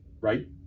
right